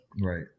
Right